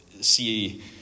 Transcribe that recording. see